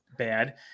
bad